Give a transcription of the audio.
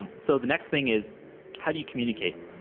and so the next thing is how do you communicate?